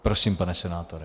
Prosím, pane senátore.